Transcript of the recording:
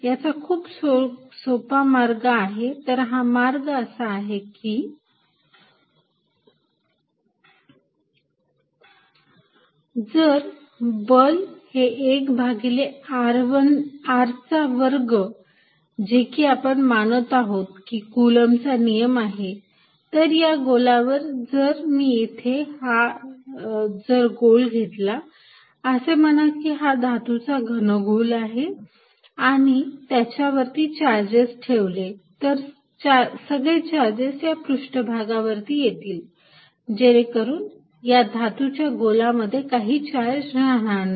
याचा मार्ग खूप सोपा आहे तर हा मार्ग असा आहे की जर बल् हे एक भागिले r चा वर्ग जे की आपण मानत आहोत की कुलम्ब चा नियम आहे तर या गोलावर तर मी इथे हा जर गोल घेतला असे म्हणा की हा धातूचा घनगोल आहे आणि त्याच्यावरती चार्जेस ठेवले तर सगळे चार्जेस या पृष्ठभागावरती येतील जेणेकरून या धातूच्या गोलामध्ये कोणताही चार्ज राहणार नाही